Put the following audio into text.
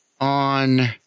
on